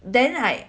then like